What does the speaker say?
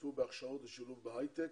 השתתפו בהכשרות ושילוב בהיי-טק,